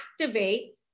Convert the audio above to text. activate